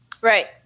right